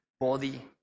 body